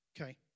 Okay